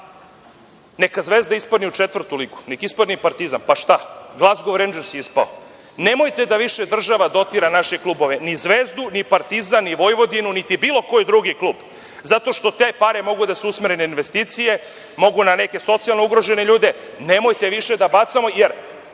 neka Zvezda ispadne u četvrtu ligu, neka ispadne i Partizan, pa šta. Glazgov Rendžers je ispao. Nemojte da više država dotira naše klubove, ni Zvezdu, ni Partizan, ni Vojvodinu ni bilo koji drugi klub, zato što te pare mogu da se usmere na investicije, mogu na neke socijalno ugrožene ljude, nemojte više da bacamo.